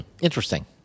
Interesting